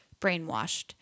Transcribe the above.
Brainwashed